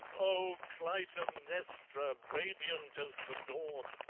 oh, clytemnestra, radiant as the dawn,